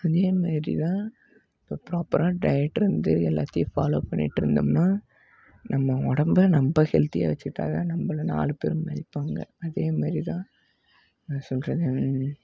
அதே மாதிரி தான் இப்போ ப்ராப்பராக டயட் இருந்து எல்லாத்தையும் ஃபாலோ பண்ணிட்டு இருந்தோம்னால் நம்ம உடம்ப நம்ம ஹெல்த்தியாக வச்சுக்கிட்டா தான் நம்மள நாலு பேர் மதிப்பாங்க அதே மாரி தான் என்ன சொல்கிறது